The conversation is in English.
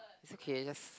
it's okay just